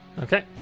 okay